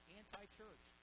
anti-church